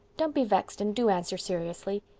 don't be vexed and do answer seriously.